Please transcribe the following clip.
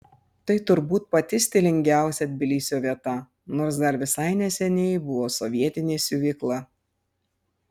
tai turbūt pati stilingiausia tbilisio vieta nors dar visai neseniai buvo sovietinė siuvykla